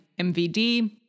MVD